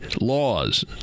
laws